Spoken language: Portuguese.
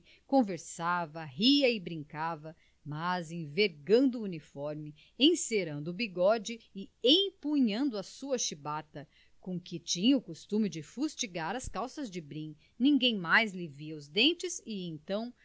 conversava ria e brincava mas envergando o uniforme encerando o bigode e empunhando a sua chibata com que tinha o costume de fustigar as calças de brim ninguém mais lhe via os dentes e então